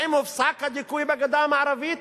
האם הופסק הדיכוי בגדה המערבית?